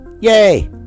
Yay